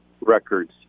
records